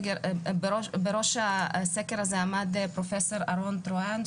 בראש הסקר הזה עמד פרופסור אהרון טרואן,